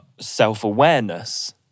self-awareness